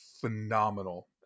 phenomenal